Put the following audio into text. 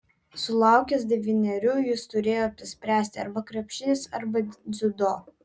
sulaukęs devynerių jis turėjo apsispręsti arba krepšinis arba dziudo